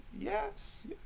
yes